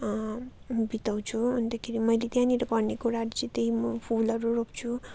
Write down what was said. बिताउँछु अन्तखेरि मैले त्यहाँनेर पर्ने कुराहरू चाहिँ त्यही म फुलहरू रोप्छु